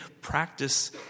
practice